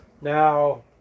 now